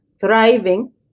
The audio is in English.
thriving